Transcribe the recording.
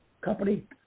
company